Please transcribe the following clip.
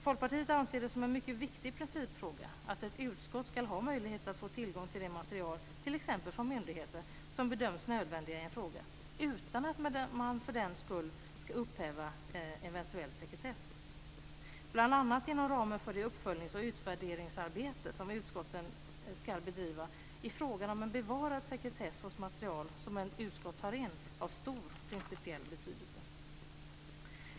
Folkpartiet anser det som en mycket viktig principfråga att ett utskott ska ha möjlighet att få tillgång till det material, t.ex. från myndigheter, som bedöms nödvändigt i en fråga utan att man för den skull ska upphäva eventuell sekretess. Bl.a. inom ramen för det uppföljnings och utvärderingsarbete som utskotten ska bedriva är frågan om en bevarad sekretess hos det material som ett utskott tar in av stor principiell betydelse.